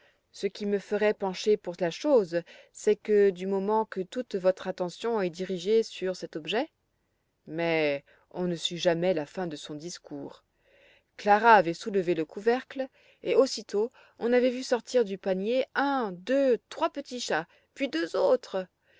ce qui me ferait pencher pour la chose c'est que du moment que toute votre attention est dirigée sur cet objet mais on ne sut jamais la fin de son discours clara avait soulevé le couvercle et aussitôt on avait vu sortir du panier un deux trois petits chats puis deux autres